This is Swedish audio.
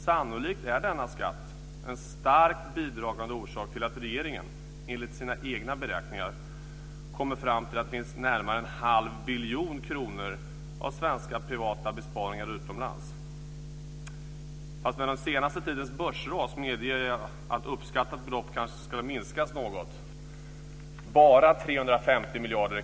Sannolikt är denna skatt en starkt bidragande orsak till att regeringen, enligt sina egna beräkningar, kommer fram till att det finns närmare en halv biljon kronor av svenska privata besparingar utomlands. Fast med den senaste tidens börsras medger jag att uppskattat belopp kanske ska minskas något. Det är kanske bättre att säga "bara" 350 miljarder.